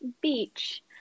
beach